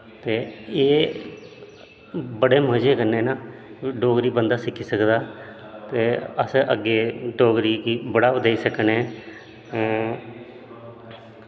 ते एह् बड़े मज़े कन्नै न डोगरी बंदा सिक्खी सकदा ते अस अग्गें डोगरी गी बड़ावा देई सकने न